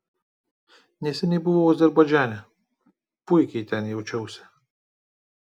neseniai buvau azerbaidžane puikiai ten jaučiausi